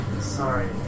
Sorry